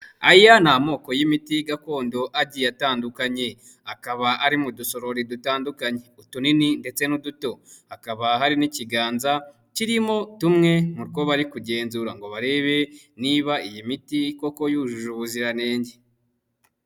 Aya ni amoko y'imiti gakondo agiye atandukanye, akaba ari mu dusorori dutandukanye, utunini ndetse n'uduto, hakaba hari n'ikiganza kirimo tumwe mu two bari kugenzura ngo barebe niba iyi miti koko yujuje ubuziranenge.